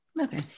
Okay